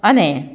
અને